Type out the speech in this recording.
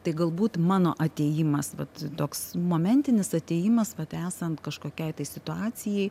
tai galbūt mano atėjimas vat toks momentinis atėjimas vat esant kažkokiai situacijai